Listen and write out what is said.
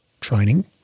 training